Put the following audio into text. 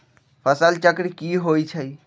फसल चक्र की होइ छई?